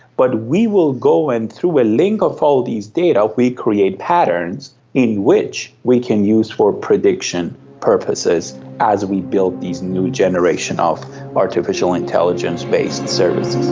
but we will go and through a link of all these data we create patterns in which we can use for prediction purposes as we build these new generation of artificial intelligence-based services.